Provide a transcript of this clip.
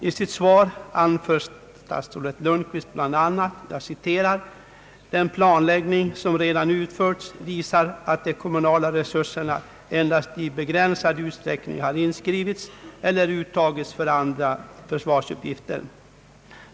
I sitt svar anför statsrådet Lundkvist bl.a.: »Den planläggning som redan utförts och andra undersökningar visar att de kommunala resurserna endast i begränsad utsträckning har inskrivits eller uttagits för andra försvarsuppgifter.